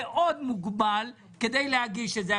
לייעוץ המשפטי של ועדת הכספים יהיה זמן מאוד מוגבל כדי להגיש את זה.